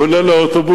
הוא עולה לאוטובוס,